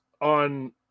on